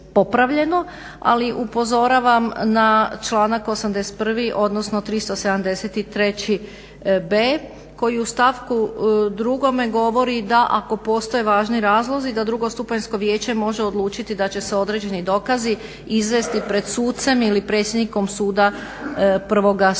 Ali upozoravam na članak 81. odnosno 373b. koji u stavku drugome govori da ako postoje važni razlozi da drugostupanjsko vijeće može odlučiti da će se određeni dokazi izvesti pred sucem ili predsjednikom suda prvoga